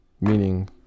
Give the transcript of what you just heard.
meaning